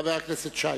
חבר הכנסת שי.